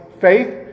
faith